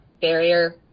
barrier